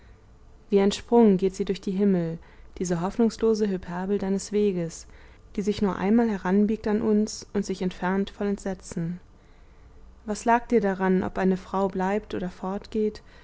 wie ein sprung geht sie durch die himmel diese hoffnungslose hyperbel deines weges die sich nur einmal heranbiegt an uns und sich entfernt voll entsetzen was lag dir daran ob eine frau bleibt oder